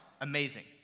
amazing